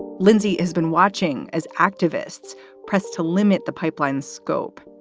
lindsay has been watching as activists pressed to limit the pipeline's scope.